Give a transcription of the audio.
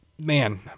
Man